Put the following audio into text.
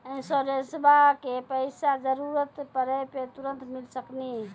इंश्योरेंसबा के पैसा जरूरत पड़े पे तुरंत मिल सकनी?